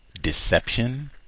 deception